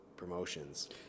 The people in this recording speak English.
Promotions